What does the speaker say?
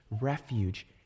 refuge